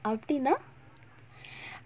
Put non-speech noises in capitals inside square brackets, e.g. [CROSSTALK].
அப்டினா:appidinaa [BREATH] [NOISE]